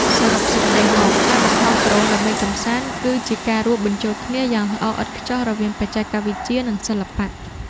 សរុបសេចក្ដីមក ការបង្ហោះដ្រូនដើម្បីកម្សាន្តគឺជាការរួមបញ្ចូលគ្នាយ៉ាងល្អឥតខ្ចោះរវាង បច្ចេកវិទ្យា និងសិល្បៈ។